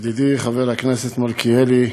ידידי חבר הכנסת מלכיאלי,